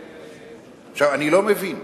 עכשיו, אני לא מבין,